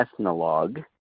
Ethnologue